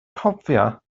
cofia